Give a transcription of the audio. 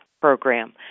program